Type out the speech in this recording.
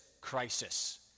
crisis